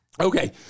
Okay